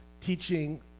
teaching